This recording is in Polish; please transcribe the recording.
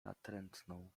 natrętną